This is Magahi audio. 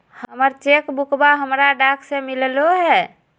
हमर चेक बुकवा हमरा डाक से मिललो हे